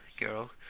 girl